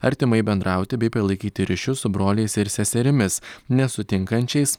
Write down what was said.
artimai bendrauti bei palaikyti ryšius su broliais ir seserimis nesutinkančiais